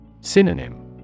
Synonym